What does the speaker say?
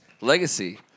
legacy